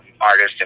artist